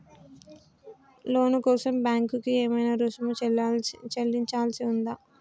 లోను కోసం బ్యాంక్ కి ఏమైనా రుసుము చెల్లించాల్సి ఉందా?